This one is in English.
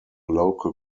local